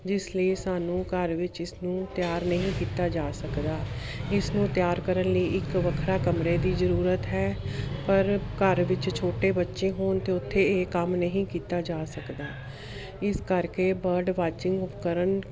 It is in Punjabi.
ਜਿਸ ਲਈ ਸਾਨੂੰ ਘਰ ਵਿੱਚ ਇਸਨੂੰ ਤਿਆਰ ਨਹੀਂ ਕੀਤਾ ਜਾ ਸਕਦਾ ਇਸ ਨੂੰ ਤਿਆਰ ਕਰਨ ਲਈ ਇੱਕ ਵੱਖਰਾ ਕਮਰੇ ਦੀ ਜ਼ਰੂਰਤ ਹੈ ਪਰ ਘਰ ਵਿੱਚ ਛੋਟੇ ਬੱਚੇ ਹੋਣ 'ਤੇ ਉੱਥੇ ਇਹ ਕੰਮ ਨਹੀਂ ਕੀਤਾ ਜਾ ਸਕਦਾ ਇਸ ਕਰਕੇ ਬਰਡ ਵਾਚਿੰਗ ਉਪਕਰਨ